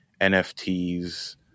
NFTs